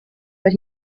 but